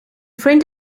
friend